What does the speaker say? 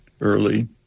early